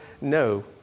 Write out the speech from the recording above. No